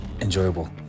enjoyable